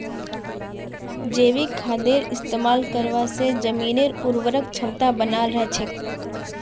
जैविक खादेर इस्तमाल करवा से जमीनेर उर्वरक क्षमता बनाल रह छेक